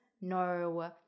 no